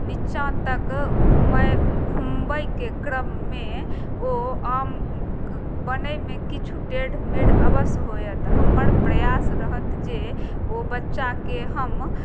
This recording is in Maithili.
नीचाँ तक घुमाय घुमबयके क्रममे ओ आम बनयमे किछु टेढ़मेढ़ अवश्य होयत हमर प्रयास रहत जे ओ बच्चाके हम